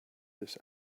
this